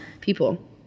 people